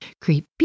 creepy